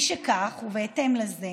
משכך, ובהתאם לזה,